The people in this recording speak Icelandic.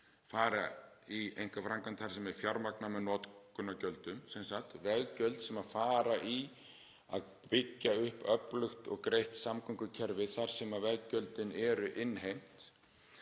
fara í einkaframkvæmd þar sem er fjármagnað með notkunargjöldum, sem sagt veggjöldum sem fara í að byggja upp öflugt og greitt samgöngukerfi þar sem veggjöldin eru innheimt.